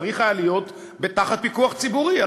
צריך היה להיות תחת פיקוח ציבורי.